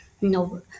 No